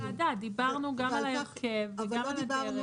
דיברנו גם על ההרכב וגם על הדרך.